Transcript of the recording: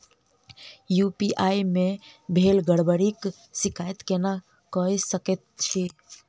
UPI मे भेल गड़बड़ीक शिकायत केना कऽ सकैत छी?